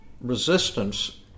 resistance